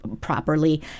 properly